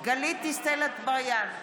גלית דיסטל אטבריאן,